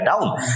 down